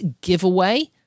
giveaway